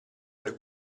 per